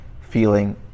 feeling